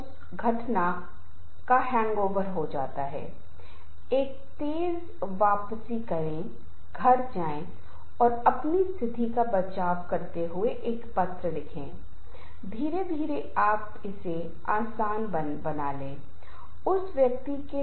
दूसरे शब्दों में कोई यह कह सकता है कि वे इस पर बहुत सकारात्मक तरीके से विचार करते हैं वे सोचते हैं कि संघर्ष हमेशा नकारात्मक नहीं होता है बल्कि यह होना चाहिए यह सहायक हो सकता है यह विकास के लिए बहुत सकारात्मक हो सकता है विकास के लिए संगठन भी अन्य संदर्भ में यह बहुत उपयोगी हो सकता है